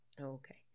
Okay